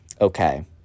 okay